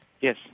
yes